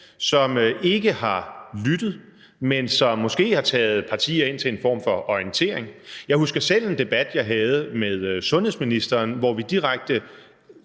som ikke har lyttet, men som måske har taget partier ind til en form for orientering. Jeg husker selv en debat, jeg havde med sundhedsministeren, hvor vi direkte